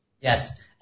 Yes